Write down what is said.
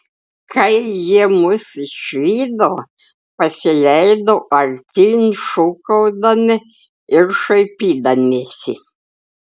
kai jie mus išvydo pasileido artyn šūkaudami ir šaipydamiesi